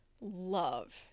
love